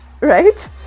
right